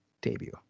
debut